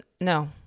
no